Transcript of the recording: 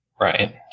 Right